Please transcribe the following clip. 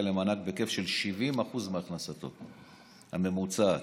למענק בהיקף של 70% מהכנסתו הממוצעת,